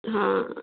ہاں